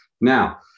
Now